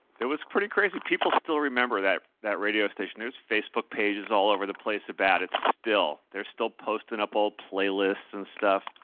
was pretty crazy, people still remember that that radio station. there's facebook pages all over the place about it still. they're still posting up all playlists and stuff.